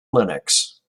linux